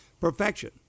perfection